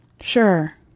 Sure